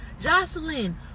Jocelyn